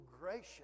gracious